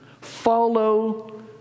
follow